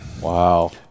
Wow